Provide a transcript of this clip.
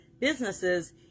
businesses